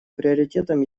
приоритетом